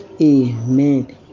amen